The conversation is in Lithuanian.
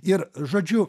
ir žodžiu